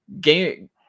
game